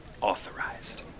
authorized